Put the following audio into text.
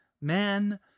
man